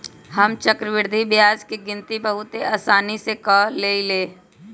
हम चक्रवृद्धि ब्याज के गिनति बहुते असानी से क लेईले